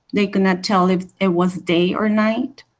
they could not tell if it was day or night.